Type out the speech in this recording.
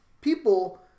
people